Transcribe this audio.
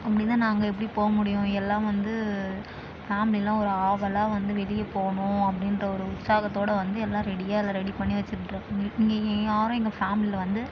அப்படி இருந்தால் நாங்கள் எப்படி போக முடியும் எல்லாம் வந்து ஃபேமிலியெலாம் ஒரு ஆவலாக வந்து வெளியே போகணும் அப்படின்ற ஒரு உற்சாகத்தோடு வந்து எல்லா ரெடியாக எல்லா ரெடி பண்ணி வெச்சுட்டு ரு நீ நீங்கள் யாரும் எங்கள் ஃபேமிலியில் வந்து